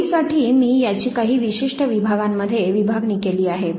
सोयीसाठी मी याची काही विशिष्ट विभागांमध्ये विभागणी केली आहे